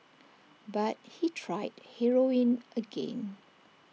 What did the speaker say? but he tried heroin again